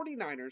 49ers